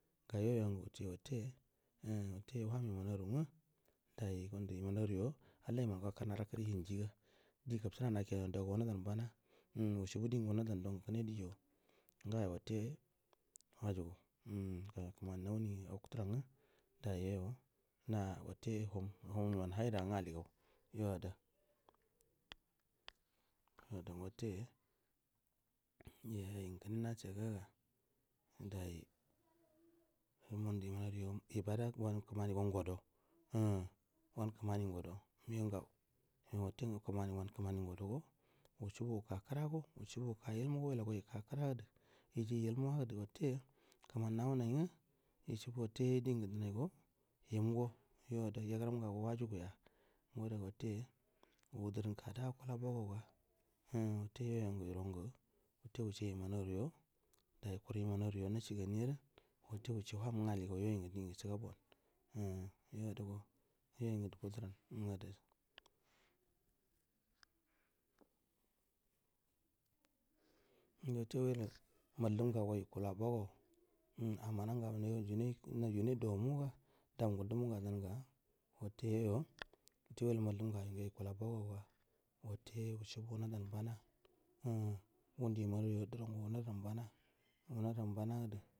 Ga yoi ya ngu wucce watte umm watte yo waham iman aru ngu dai um gundu iman our yo halla iman ngau ako ara kuru hin gi ga di gabsuna ngu naki yalla lang u dau go wuna dan bana umm wucsii bu dingu wuna dan do ngu kune dijo nga yo wutte waju gu um ga kmani na wuni wokturan nga dai yo yon a watte wuhum wuhum iman haida nga alli gau dida yo a da ma watte yo ai ngu kuru nashagu aga dai ungandu iman aru yo ibadan ngu wan kmani go ngodo um wan kmani ngu wado migau ngau yo watte ngu kamanika wan kmani ngodo go wusul bu wuka kura go wusu wuka imu wusuibu wa lau go ika irra da iji imuadu watte kman na w unai ng yi shibu watte din ga du nai go tumgo yo ada ya guram ngau go waju guy a ngu wado ga wutte wudur kada guy a ngu gau ga umm watte yoi anngu yar on gu wutte wucce iman aru uyo dai karun iman aru yo nashi gani aru watte wush shi ga bu uan umm yo ada go yoi ngu fudura man umm ada ngu wate wela mallum ngau go yi kulo bog au umm amana agauna ngu naju naju nai naju nai dau muga dau nhgu du mu nga dan ga watte yi yo wutte we lu mallum ngau yo yikala bog au ga watte wushi bu wuna dan baza umm ngu ndu iman nau yo dura n go wuna dan bana wuna dan bana ru.